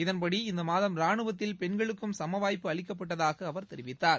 இதன்படி இந்த மாதம் ராணுவத்தில் பெண்களுக்கும் சமவாய்ப்பு அளிக்கப்பட்டதாக அவர் தெரிவித்தார்